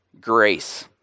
grace